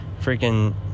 Freaking